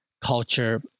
culture